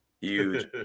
Huge